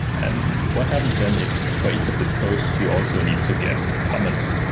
and what happens then if for each of the post you also need to get comments?